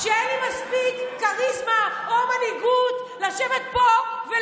תגיד לי, נראה לך, זה לא מכשיר את התקלה.